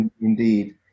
indeed